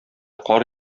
кар